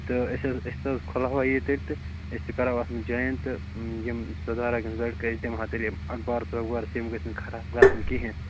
تہٕ أسۍ حظ أسۍ تہِ حَظ کھُلاوہاو ییٚتہِ تیٚلہِ تہِ أسۍ تہِ کرہاو اَتھ منٛز جواین تہٕ یِم سُدھارک یِم لڑکہٕ أسۍ دِمہو تیٚلہِ اخبارس وخبارس یِم گَژھٮ۪ن خراب گژھٕنۍ کِہیٖنٛۍ